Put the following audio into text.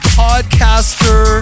podcaster